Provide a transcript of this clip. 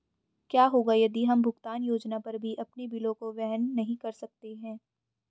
क्या होगा यदि हम भुगतान योजना पर भी अपने बिलों को वहन नहीं कर सकते हैं?